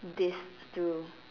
this through